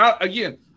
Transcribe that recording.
again